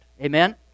amen